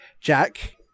Jack